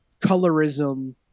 colorism